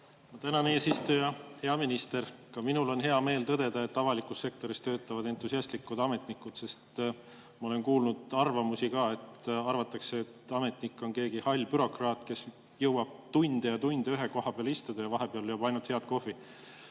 Tänan, eesistuja! Hea minister! Ka minul on hea meel tõdeda, et avalikus sektoris töötavad entusiastlikud ametnikud, sest ma olen kuulnud ka arvamusi, et ametnik on keegi hall bürokraat, kes jõuab tunde ja tunde ühe koha peal istuda ja vahepeal joob ainult head kohvi.